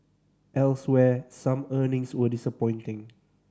elsewhere some earnings were disappointing